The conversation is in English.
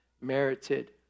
merited